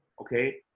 okay